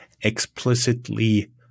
explicitly